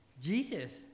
Jesus